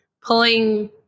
pulling